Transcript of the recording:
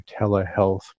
telehealth